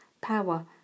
power